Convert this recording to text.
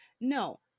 No